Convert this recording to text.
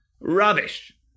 Rubbish